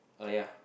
oh ya